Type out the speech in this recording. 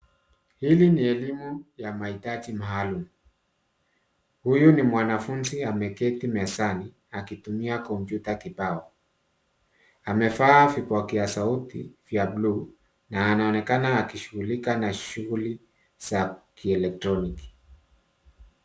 Hili ni elimu ya mahitaji maalum .Huyu ni mwanafunzi ameketi mezani akitumia kompyuta kibao amevaa vipokea sauti vya bluu na anaonekana akishughulika na shughuli za kielectrinoc .